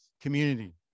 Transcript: community